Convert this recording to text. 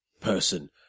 person